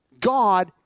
God